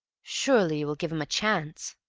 surely you will give him a chance!